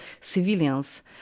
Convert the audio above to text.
civilians